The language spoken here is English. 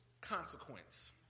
consequence